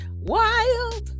wild